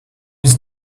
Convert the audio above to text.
his